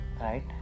right